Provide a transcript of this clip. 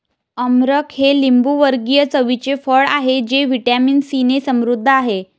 अमरख हे लिंबूवर्गीय चवीचे फळ आहे जे व्हिटॅमिन सीने समृद्ध आहे